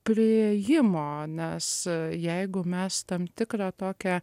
priėjimo nes jeigu mes tam tikrą tokią